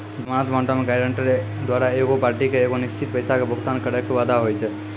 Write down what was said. जमानत बांडो मे गायरंटर द्वारा एगो पार्टी के एगो निश्चित पैसा के भुगतान करै के वादा होय छै